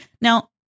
Now